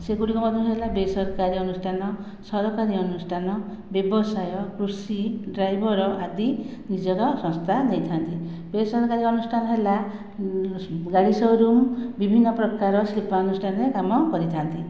ସେଗୁଡ଼ିକ ମଧ୍ୟ ରୁ ହେଲା ବେସରକାରୀ ଅନୁଷ୍ଠାନ ସରକାରୀ ଅନୁଷ୍ଠାନ ବ୍ୟବସାୟ କୃଷି ଡ୍ରାଇଭର ଆଦି ନିଜର ସଂସ୍ଥା ନେଇଥାନ୍ତି ବେସରକାରୀ ଅନୁଷ୍ଠାନ ହେଲା ଗାଡ଼ି ସୋରୁମ୍ ବିଭିନ୍ନ ପ୍ରକାର ଶିଳ୍ପାନୁଷ୍ଠାନ ରେ କାମ କରିଥାନ୍ତି